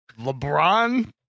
LeBron